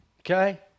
okay